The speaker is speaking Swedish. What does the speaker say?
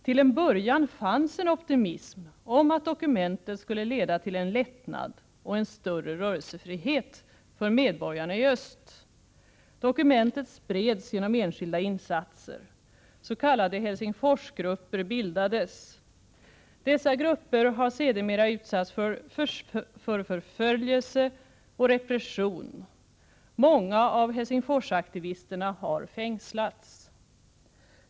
Till en början fanns en optimism om att dokumentet skulle leda till en lättnad och större rörelsefrihet för medborgarna i öst. Dokumentet spreds genom enskilda insatser. S. k. Helsingforsgrupper bildades. Dessa grupper har sedermera utsatts för förföljelse och repression. Många av Helsingforsaktivisterna har fängslats.